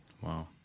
Wow